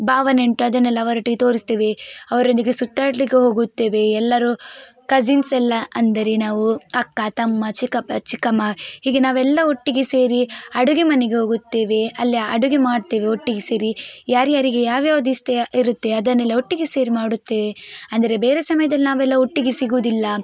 ಭಾವನೆ ಉಂಟು ಅದನ್ನೆಲ್ಲ ಅವರೊಟ್ಟಿಗೆ ತೋರಿಸ್ತೇವೆ ಅವರೊಂದಿಗೆ ಸುತ್ತಾಡಲಿಕ್ಕೆ ಹೋಗುತ್ತೇವೆ ಎಲ್ಲರೂ ಕಸಿನ್ಸ್ ಎಲ್ಲ ಅಂದರೆ ನಾವು ಅಕ್ಕ ತಮ್ಮ ಚಿಕ್ಕಪ್ಪ ಚಿಕ್ಕಮ್ಮ ಹೀಗೆ ನಾವೆಲ್ಲ ಒಟ್ಟಿಗೆ ಸೇರಿ ಅಡುಗೆ ಮನೆಗೆ ಹೋಗುತ್ತೇವೆ ಅಲ್ಲಿ ಅಡುಗೆ ಮಾಡ್ತೇವೆ ಒಟ್ಟಿಗೆ ಸೇರಿ ಯಾರುಯಾರಿಗೆ ಯಾವ್ಯಾವ್ದು ಇಷ್ಟ ಇರುತ್ತೆ ಅದನ್ನೆಲ್ಲ ಒಟ್ಟಿಗೆ ಸೇರಿ ಮಾಡುತ್ತೇವೆ ಅಂದರೆ ಬೇರೆ ಸಮಯ್ದಲ್ಲಿ ನಾವೆಲ್ಲ ಒಟ್ಟಿಗೆ ಸಿಗೋದಿಲ್ಲ